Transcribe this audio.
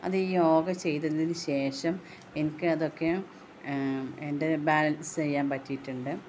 അതീ യോഗ ചെയ്തതിനുശേഷം എനിക്ക് അതൊക്കെ എൻ്റെ ബാലൻസ് ചെയ്യാൻ പറ്റിയിട്ടുണ്ട്